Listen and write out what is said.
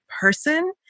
person